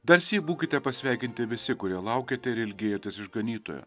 dar syk būkite pasveikinti visi kurie laukėte ir ilgėjotės išganytojo